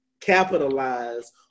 capitalize